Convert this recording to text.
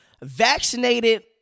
vaccinated